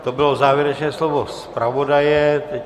To bylo závěrečné slovo zpravodaje.